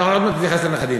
אני לא מתייחס לנכדים.